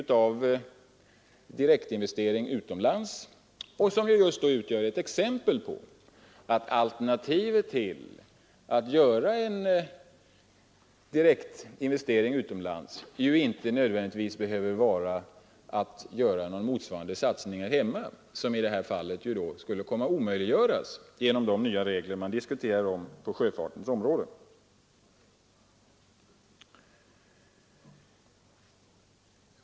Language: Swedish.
Det blev en typ av direktinvestering utomlands, som utgör ett exempel på att alternativet till en sådan inte nödvändigtvis behöver innebära motsvarande satsning här hemma, vilken, som i detta fall, skulle omöjliggöras genom de nya regler man diskuterar på sjöfartens område.